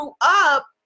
up